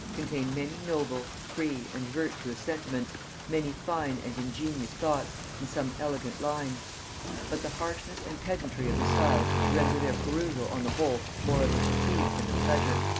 contain many noble, free, and virtuous sentiments many fine and ingenious thoughts, and some elegant lines but the harshness and pedantry of the style render their perusal on the whole more of a fatigue than a pleasure,